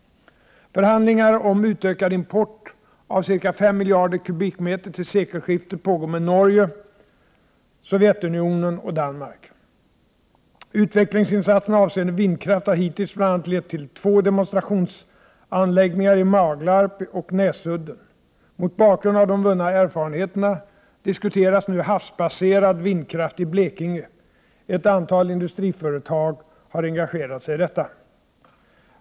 Förhandlingar om utökad import av ca 5 miljarder kubikmeter till sekelskiftet pågår med Norge, Sovjetunionen och Danmark. Utvecklingsinsatserna avseende vindkraft har hittills bl.a. lett till två demonstrationsanläggningar i Maglarp och Näsudden. Mot bakgrund av de vunna erfarenheterna diskuteras nu havsbaserad vindkraft i Blekinge. Ett antal industriföretag har engagerat sig i detta.